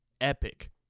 epic